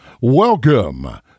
Welcome